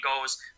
goes